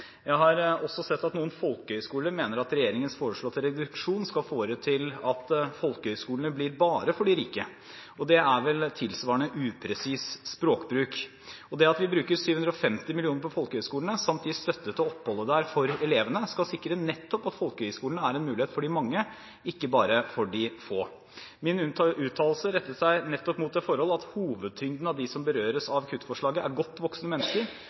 Jeg har også sett at noen folkehøyskoler mener at regjeringens foreslåtte reduksjon vil føre til at folkehøyskolene blir «bare for de rike». Det er vel tilsvarende upresis språkbruk. Det at vi bruker 750 mill. kr på folkehøyskolene, samt gir støtte til oppholdet der for elevene, skal sikre nettopp at folkehøyskolene er en mulighet for de mange, ikke bare for de få. Min uttalelse rettet seg nettopp mot det forhold at hovedtyngden av de som berøres av kuttforslaget, er godt voksne mennesker